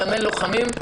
לאמן לוחמים.